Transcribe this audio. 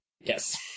Yes